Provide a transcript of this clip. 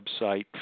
website